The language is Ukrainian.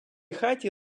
хаті